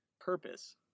Purpose